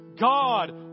god